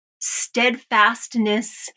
steadfastness